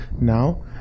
now